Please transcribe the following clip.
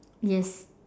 yes